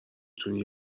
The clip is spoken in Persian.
تونی